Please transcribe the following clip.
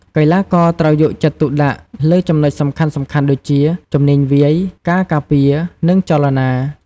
កីឡាករត្រូវយកចិត្តទុកដាក់លើចំណុចសំខាន់ៗដូចជា ជំនាញវាយ ការការពារ និងចលនា។